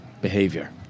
behavior